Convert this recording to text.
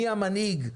מי המנהיג?